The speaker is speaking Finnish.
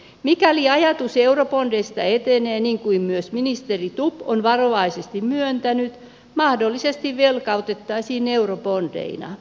mikäli ajatus eurobondeista etenee niin kuin myös ministeri stubb on varovaisesti myöntänyt mahdollisesti velkautettaisiin eurobondeina